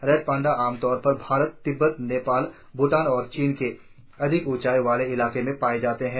red panda आम तौर पर भारत तिब्बत नेपाल भूटान और चीन के अधिक ऊंचाई वाले इलाकों में पाया जाता है